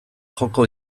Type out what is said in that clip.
joko